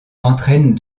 entraîne